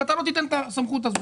אם אתה לא תיתן את הסמכות הזו,